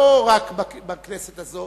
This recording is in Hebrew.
לא רק בכנסת הזאת,